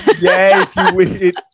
Yes